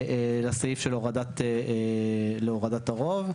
לסעיף של הורדת הרוב.